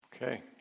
Okay